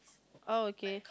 oh okay